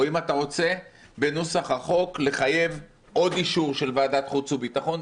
או אם אתה רוצה בנוסח החוק לחייב עוד אישור של ועדת חוץ וביטחון.